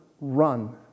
run